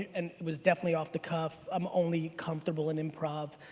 and it was definitely off the cuff, i'm only comfortable in improv.